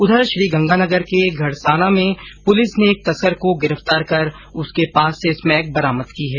उधर श्रीगंगानगर के घडसाना में पुलिस ने एक तस्कर को गिरफ्तार कर उसके पास से स्मैक बरामद की है